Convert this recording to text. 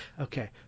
okay